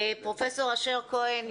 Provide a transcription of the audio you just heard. פרופ' אשר כהן,